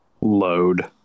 Load